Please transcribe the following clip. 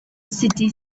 city